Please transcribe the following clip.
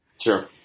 Sure